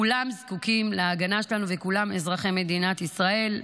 כולם זקוקים להגנה שלנו וכולם אזרחי מדינת ישראל,